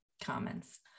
comments